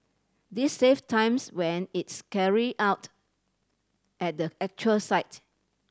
this save times when it's carried out at the actual site